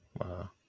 Wow